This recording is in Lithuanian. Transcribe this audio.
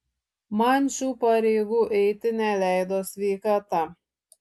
man šių pareigų eiti neleido sveikata